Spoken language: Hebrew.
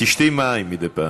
תשתי מים מדי פעם.